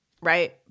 right